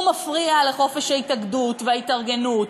הוא מפריע לחופש ההתאגדות וההתארגנות,